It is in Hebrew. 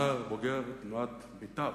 בוגר תנועת בית"ר,